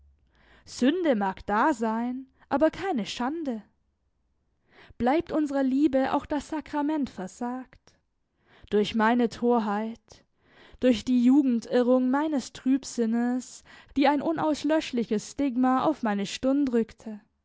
sünde mag da sein aber keine schande bleibt unserer liebe auch das sakrament versagt durch meine torheit durch die jugendirrung meines trübsinnes die ein unauslöschliches stigma auf meine stirn drückte